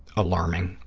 alarming,